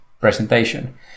presentation